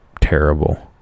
Terrible